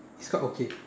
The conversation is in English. is quite okay